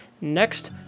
next